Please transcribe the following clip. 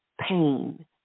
pain